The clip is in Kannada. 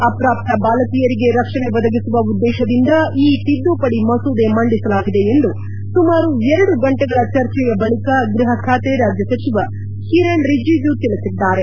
ಅಪ್ರಾಪ್ತ ಬಾಲಕಿಯರಿಗೆ ರಕ್ಷಣೆ ಒದಗಿಸುವ ಉದ್ದೇಶದಿಂದ ಈ ತಿದ್ಲುಪಡಿ ಮಸೂದೆ ಮಂಡಿಸಲಾಗಿದೆ ಎಂದು ಸುಮಾರು ಎರಡು ಗಂಟೆಗಳ ಚರ್ಚೆಯ ಬಳಿಕ ಗ್ಲಹ ಖಾತೆ ರಾಜ್ಲ ಸಚಿವ ಕಿರಣ್ ರಿಜಿಜು ತಿಳಿಸಿದ್ದಾರೆ